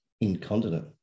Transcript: incontinent